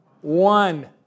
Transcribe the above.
One